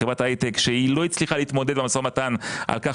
חברת ההייטק שלא הצליחה להתמודד במשא ומתן על כך